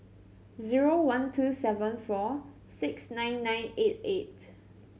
zero one two seven four six nine nine eight eight